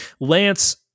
Lance